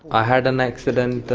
i had an accident,